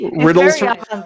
riddles